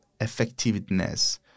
effectiveness